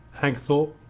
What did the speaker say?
hagthorpe,